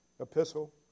epistle